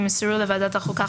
ימסרו לוועדת החוקה,